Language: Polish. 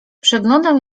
przeglądam